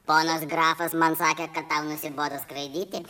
ponas grafas man sakė kad tau nusibodo skraidyti